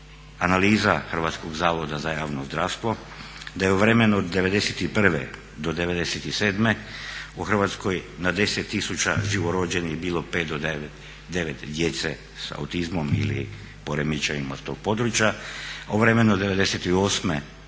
analiza Hrvatskog zavoda za javno zdravstvo da je u vremenu '91. do '97. u Hrvatskoj na 10 tisuća živorođenih bilo 5 do 9 djece sa autizmom ili poremećajima s tog područja. A u vremenu 98.do